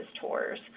tours